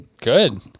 Good